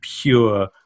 pure